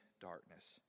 darkness